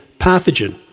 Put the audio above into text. pathogen